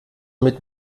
mit